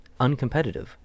uncompetitive